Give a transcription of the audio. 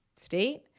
state